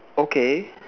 okay